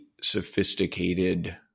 sophisticated